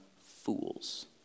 fools